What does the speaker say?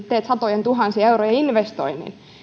teet satojentuhansien eurojen investoinnin semmoisella palkkakuitilla